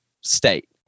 state